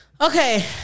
Okay